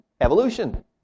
evolution